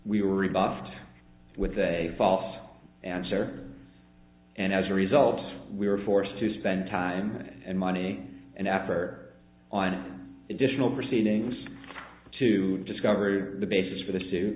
we were rebuffed with a false answer and as a result we were forced to spend time and money and effort on an additional proceedings to discover the basis for this